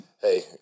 Hey